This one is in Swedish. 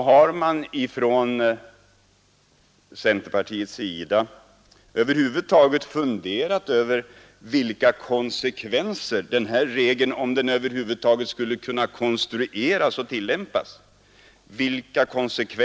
Har man från centerpartiets sida över huvud taget funderat över vilka konsekvenser den här regeln skulle få för kommunerna — om regeln över huvud taget skulle kunna konstrueras och tillämpas?